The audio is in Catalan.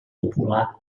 popular